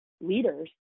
leaders